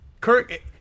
Kirk